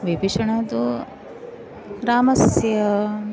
विभीषणः तु रामस्य